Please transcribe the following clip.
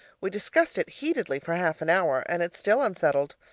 we discussed it heatedly for half an hour and it's still unsettled.